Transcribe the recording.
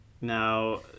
Now